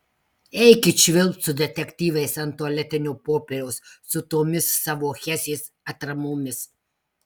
eikit švilpt su detektyvais ant tualetinio popieriaus su tomis savo hesės atramomis